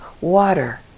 water